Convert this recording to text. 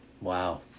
Wow